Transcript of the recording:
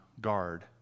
guard